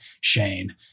Shane